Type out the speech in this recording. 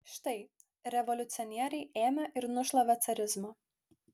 štai revoliucionieriai ėmė ir nušlavė carizmą